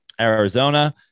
Arizona